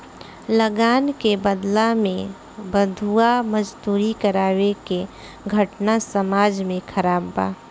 लगान के बदला में बंधुआ मजदूरी करावे के घटना समाज में खराब बा